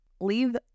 Leave